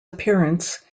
appearance